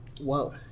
Whoa